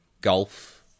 golf